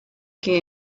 que